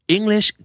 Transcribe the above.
English